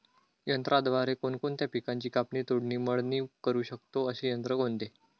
यंत्राद्वारे कोणकोणत्या पिकांची कापणी, तोडणी, मळणी करु शकतो, असे यंत्र कोणते?